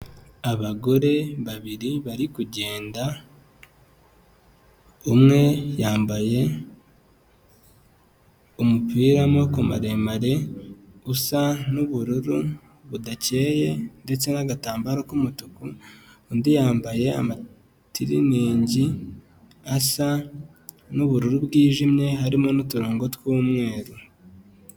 Abagore babiri bari kugenda umwe yambaye umupira w'amaboko maremare usa n'ubururu budakeye ndetse n'agatambaro k'umutuku, undi yambaye amatiriningi asa n'ubururu bwijimye harimo n'uturongo tw'umweru.